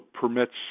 permits